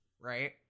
right